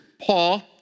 Paul